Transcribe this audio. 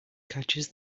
catches